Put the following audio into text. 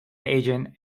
agent